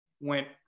went